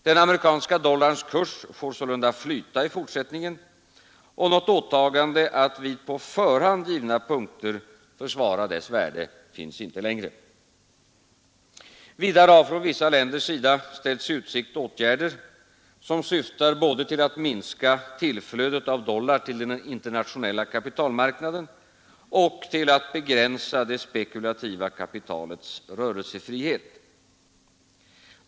Den amerikanska dollarns kurs får sålunda flyta i fortsättningen, och något åtagande att vid på förhand givna punkter försvara dess värde finns inte längre. Vidare har från vissa länders sida ställts i utsikt åtgärder, som syftar både till att minska tillflödet av dollar till den internationella kapitalmarknaden och till att begränsa det spekulativa kapitalets rörelsefrihet.